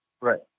Right